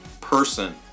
person